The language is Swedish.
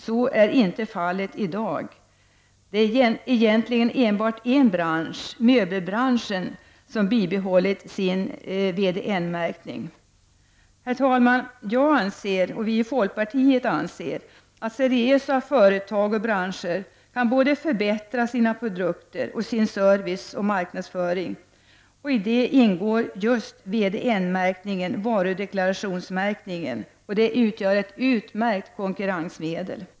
Så är inte fallet i dag. Det är egentligen endast en bransch — möbelbranschen — som bibehållit sin VDN-märkning. Vi i folkpartiet anser att seriösa företag och branscher kan förbättra både sina produkter och sin service och marknadsföring. Däri ingår VDN ,varudeklarationsmärkningen, som ett utmärkt konkurrensmedel.